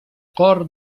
cor